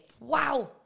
Wow